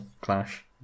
clash